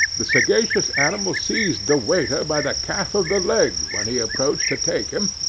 the sagacious animal seized the waiter by the calf of the leg when he approached to take him,